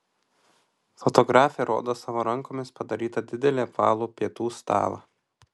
fotografė rodo savo rankomis padarytą didelį apvalų pietų stalą